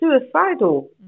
suicidal